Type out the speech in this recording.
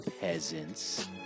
peasants